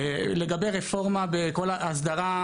לגבי רפורמה בכל ההסדרה,